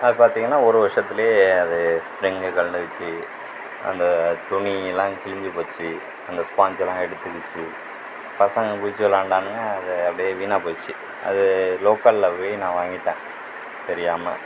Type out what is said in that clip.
அது பார்த்திங்ன்னா ஒரு வருஷத்திலே அது ஸ்ப்ரிங்கு கழன்றுக்கிச்சி அந்த துணியெலாம் கிழிஞ்சு போச்சு அந்த ஸ்பான்ச்செலாம் எடுத்துகிச்சு பசங்கள் குதிச்சி விளாண்டாங்க அது அப்படியே வீணாக போச்சு அது லோக்கலில் வாங்கிவிட்டேன் தெரியாமல்